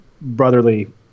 brotherly